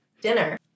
dinner